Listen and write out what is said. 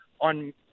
on